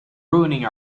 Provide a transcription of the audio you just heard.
ruining